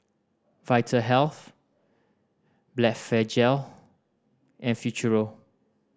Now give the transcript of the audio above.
Vitahealth Blephagel and Futuro